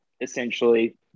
Essentially